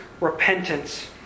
repentance